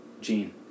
Gene